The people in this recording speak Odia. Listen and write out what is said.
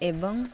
ଏବଂ